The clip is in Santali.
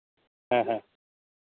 ᱦᱮᱸ ᱦᱮᱸ